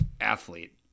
athlete